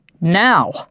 now